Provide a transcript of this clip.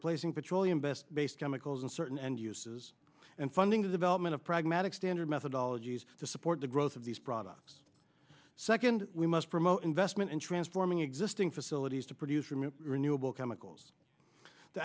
placing petroleum best based chemicals uncertain and uses and funding the development of pragmatic standard methodology to support the growth of these products second we must promote investment in transforming existing facilities to produce from renewable chemicals t